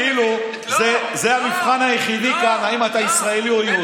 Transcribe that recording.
כאילו זה המבחן היחידי כאן אם אתה ישראלי או יהודי.